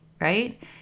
right